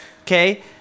okay